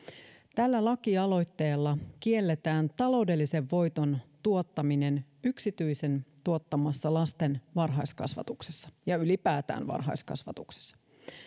tällä lakialoitteella kielletään taloudellisen voiton tuottaminen yksityisen tuottamassa lasten varhaiskasvatuksessa ja ylipäätään varhaiskasvatuksessa